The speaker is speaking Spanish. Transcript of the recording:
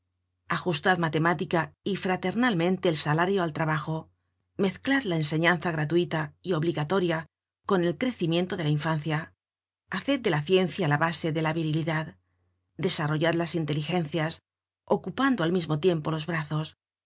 ajustad matemática y fraternalmente el salario al trabajo mezclad la enseñanza gratuita y obligatoria con el crecimiento de la infancia haced de la ciencia la base de la virilidad desarrollad las inteligencias ocupando al mismo tiempo los brazos